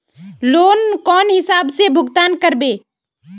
Loan कौन हिसाब से भुगतान करबे?